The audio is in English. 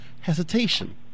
hesitation